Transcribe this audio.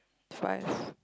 price